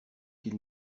qu’il